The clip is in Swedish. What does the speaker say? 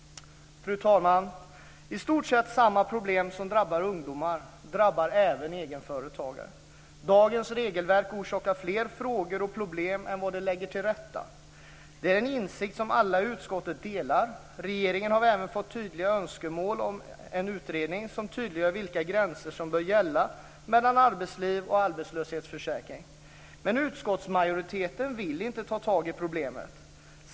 Fru talman! I stort sett samma problem som drabbar ungdomar drabbar även egenföretagare. Dagens regelverk orsakar fler frågor och problem än vad det lägger till rätta. Det är en insikt som alla i utskottet delar. Regeringen har även fått tydliga önskemål om en utredning, som tydliggör vilka gränser som bör gälla mellan arbetsliv och arbetslöshetsförsäkring. Men utskottsmajoriteten vill inte ta tag i problemet.